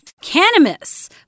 Cannabis